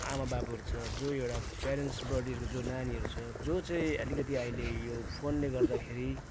आमा बाबुहरू छ जो एउटा प्यारेन्ट्स बडीहरूको जो नानीहरू जो चाहिँ अलिकति अहिले यो फोनले गर्दाखेरि